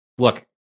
Look